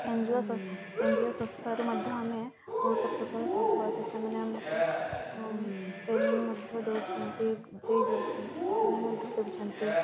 N G O N G O ସଂସ୍ଥାରୁ ମଧ୍ୟ ଆମେ ବହୁତ ପ୍ରକାର ସାହାଯ୍ୟ ପାଉଛୁ ସେମାନେ ଆମକୁ ଟ୍ରେନିଂ ମଧ୍ୟ ଦେଉଛନ୍ତି ଯେ ଦେଉଛନ୍ତି ଟ୍ରେନିଂ ମଧ୍ୟ ଦେଉଛନ୍ତି